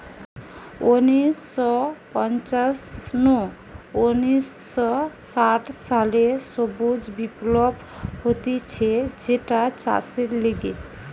উনিশ শ পঞ্চাশ নু উনিশ শ ষাট সালে সবুজ বিপ্লব হতিছে যেটা চাষের লিগে